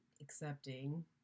accepting